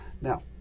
Now